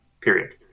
period